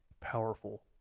powerful